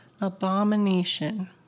Abomination